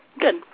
good